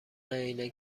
عینک